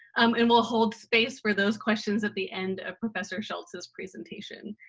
um and we'll hold space for those questions at the end of professor shultz's presentation.